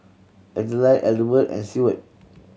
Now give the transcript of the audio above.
Adlai Adelbert and Seward